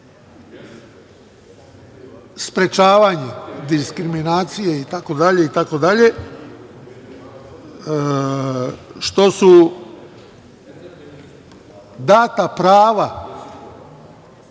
sprečavanje diskriminacije, što su data prava